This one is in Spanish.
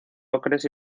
ocres